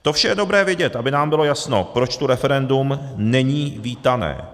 To vše je dobré vidět, aby nám bylo jasno, proč tu referendum není vítané.